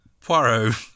Poirot